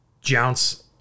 jounce